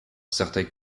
certains